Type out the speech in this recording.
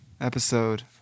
episode